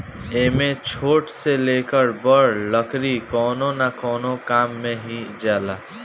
एमे छोट से लेके बड़ लकड़ी कवनो न कवनो काम मे ही जाला